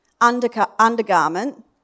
undergarment